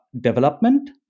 development